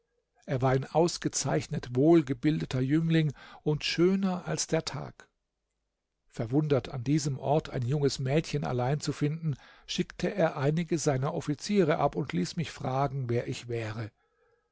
er war ein ausgezeichnet wohlgebildeter jüngling und schöner als der tag verwundert an diesem ort ein junges mädchen allein zu finden schickte er einige seiner offiziere ab und ließ mich fragen wer ich wäre